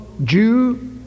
Jew